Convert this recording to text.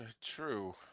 True